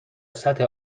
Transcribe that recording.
سطح